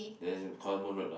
there's a Solomon-Road lah